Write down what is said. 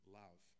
love